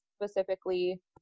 specifically